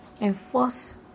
enforce